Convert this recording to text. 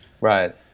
Right